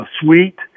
suite